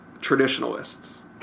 traditionalists